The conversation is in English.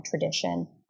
tradition